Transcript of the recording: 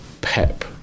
PEP